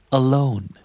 alone